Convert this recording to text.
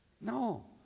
No